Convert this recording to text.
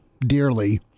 dearly